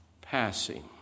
passing